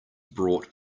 brought